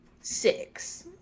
six